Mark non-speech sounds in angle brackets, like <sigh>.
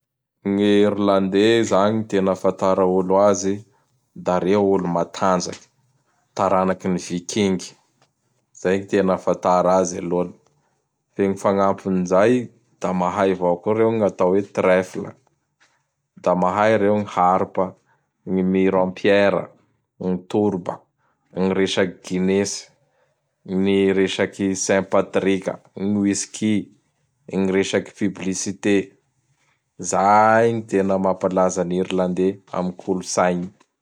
<noise> Ny Irlandais <noise> zany gn tena <noise> ahafatara olo azy; da reo olo matanjaky <noise> taranaky ny viking. <noise> Zay gn tena afatara azy alony. <noise> Fe gn fagnampin zay <noise> da mahay avao koa <noise> reo gn'atao <noise> hoe Trefle; <noise> da mahay <noise> reo gn Harpa; <noise> gny Mure en pierre, <noise> gny Torba, gny resaky Ginesy, gny resaky Saint Patrika; gn Wisky, gn resaky Publicité, zay gn tena mamplaza gn'Irlandais am kolotsaigny. <noise>